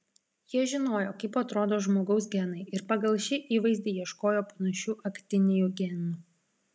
jie žinojo kaip atrodo žmogaus genai ir pagal šį įvaizdį ieškojo panašių aktinijų genų